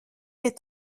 est